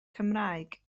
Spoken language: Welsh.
cymraeg